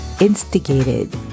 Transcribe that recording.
instigated